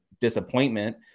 disappointment